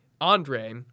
Andre